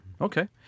Okay